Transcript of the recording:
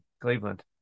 Cleveland